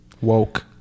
Woke